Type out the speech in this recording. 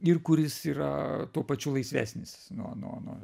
ir kuris yra tuo pačiu laisvesnis nuo nuo nuo